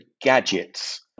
gadgets